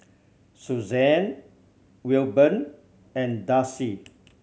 Susanne Wilburn and Darcie